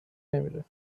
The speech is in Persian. نمیره